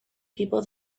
people